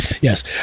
yes